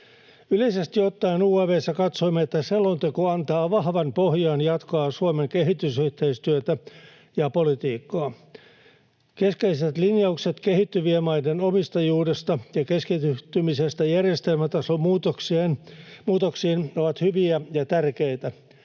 Yleisesti ottaen UaV:ssa katsoimme, että selonteko antaa vahvan pohjan jatkaa Suomen kehitysyhteistyötä ja -politiikkaa. Keskeiset linjaukset kehittyvien maiden omistajuudesta ja Suomen keskittymisestä järjestelmätason muutoksiin ovat hyviä ja tärkeitä.